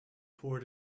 poured